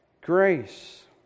grace